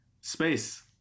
space